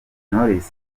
knowless